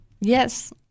Yes